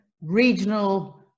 regional